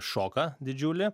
šoką didžiulį